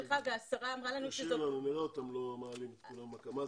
והשרה אמרה לנו --- נראה אותם לא מעלים את כולם במכה.